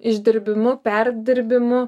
išdirbimu perdirbimu